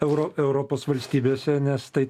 euro europos valstybėse nes tai